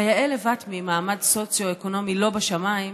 כיאה לבת ממעמד סוציו-אקונומי לא בשמיים,